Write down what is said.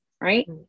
Right